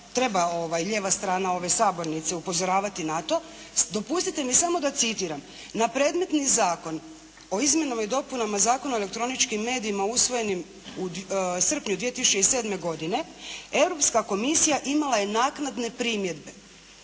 treba lijeva strana ove sabornice upozoravati na to, dopustite mi samo da citiram. Na predmetni zakon o izmjenama i dopunama Zakona o elektroničkim medijima usvojenom u srpnju 2007. godine, Europska komisija imala je naknadne primjedbe